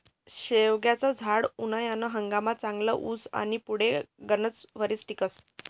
शेवगानं झाड उनायाना हंगाममा चांगलं उगस आनी पुढे गनच वरीस टिकस